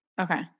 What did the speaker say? Okay